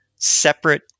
separate